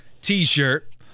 T-shirt